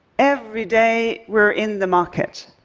every day, we are in the market.